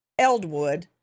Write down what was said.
Eldwood